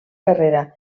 carrera